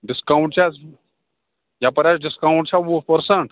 discount چھِ حظ یَپٲرۍ حظ ڈِسکاوُنٹ چھا وُہ پٕرسَنٹ